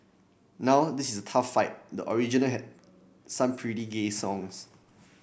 now this is a tough fight the original had some pretty gay songs